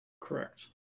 Correct